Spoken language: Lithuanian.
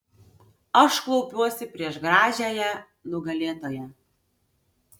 aš klaupiuosi prieš gražiąją nugalėtoją